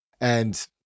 and-